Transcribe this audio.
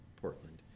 Portland